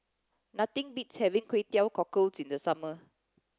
Nothing beats having Kway Teow cockles in the summer